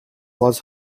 was